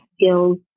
skills